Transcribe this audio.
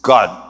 God